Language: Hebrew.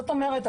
זאת אומרת,